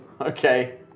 Okay